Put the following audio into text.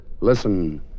Listen